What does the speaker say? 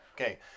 okay